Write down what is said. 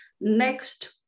next